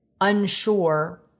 unsure